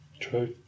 True